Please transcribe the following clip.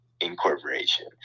Incorporation